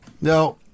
No